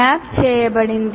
map చేయబడింది